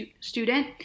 student